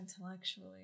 intellectually